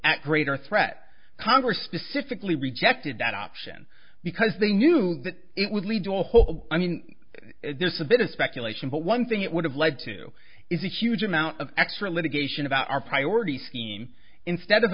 at greater threat congress specifically rejected that option because they knew that it would lead to a whole i mean there's a bit of speculation but one thing it would have led to is a huge amount of extra litigation about our priority scheme instead of